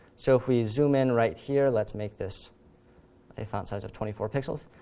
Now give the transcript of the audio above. so if we zoom in right here, let's make this a font size of twenty four pixels,